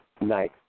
Nice